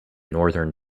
northern